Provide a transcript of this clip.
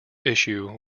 issue